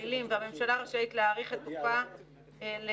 המילים " והממשלה רשאית להאריך את תוקפה לתקופות